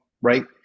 right